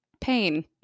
pain